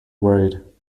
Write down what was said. worried